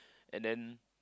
and then